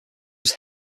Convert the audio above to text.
was